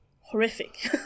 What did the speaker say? horrific